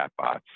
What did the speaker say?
chatbots